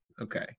Okay